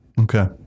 Okay